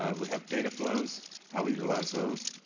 um we have data flows, how we utilize those,